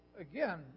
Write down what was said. Again